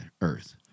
earth